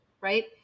right